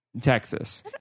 texas